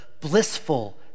blissful